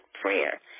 prayer